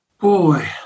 Boy